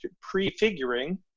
prefiguring